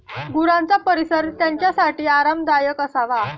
गुरांचा परिसर त्यांच्यासाठी आरामदायक असावा